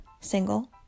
single